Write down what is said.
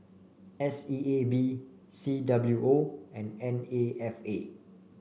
S E A B C W O and N A F A